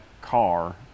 car